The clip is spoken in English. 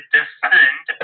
Defend